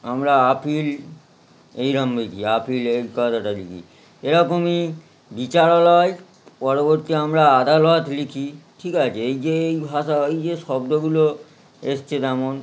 আমরা আপিল এইরম লিখি আপিল এই কথাটা লিখি এরকমই বিচারালয় পরবর্তী আমরা আদালত লিখি ঠিক আছে এই যে এই ভাষা এই যে শব্দগুলো এসছে যেমন